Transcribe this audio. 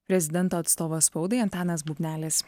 prezidento atstovas spaudai antanas bubnelis